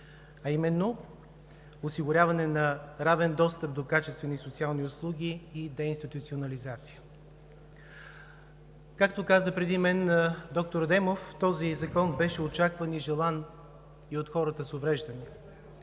а именно осигуряване на равен достъп до качествени и социални услуги и деинституционализация. Както каза преди мен доктор Адемов, този закон беше очакван и желан и от хората с увреждания.